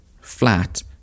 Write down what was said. flat